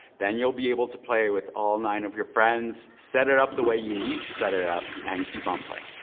then you'll be able to play with all nine of your friends. set it up the way you need to set it up and keep on playing.